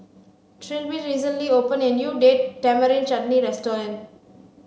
Trilby recently opened a new Date Tamarind Chutney restaurant